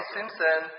Simpson